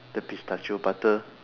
the pistachio butter